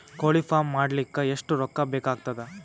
ಕೋಳಿ ಫಾರ್ಮ್ ಮಾಡಲಿಕ್ಕ ಎಷ್ಟು ರೊಕ್ಕಾ ಬೇಕಾಗತದ?